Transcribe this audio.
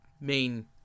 main